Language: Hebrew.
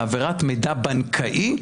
בהעברת מידע בנקאי,